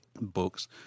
books